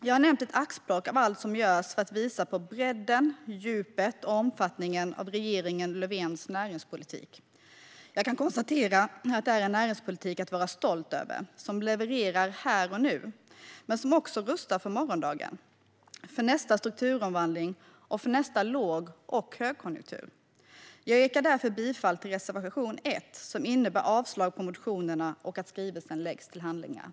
Jag har nämnt ett axplock av allt som görs för att visa på bredden, djupet och omfattningen av regeringen Löfvens näringspolitik. Jag kan konstatera att det är en näringspolitik att vara stolt över, som levererar här och nu men som också rustar för morgondagen, för nästa strukturomvandling och för nästa låg och högkonjunktur. Jag yrkar därför bifall till reservation 1, som innebär avslag på motionerna och att skrivelsen läggs till handlingarna.